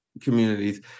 communities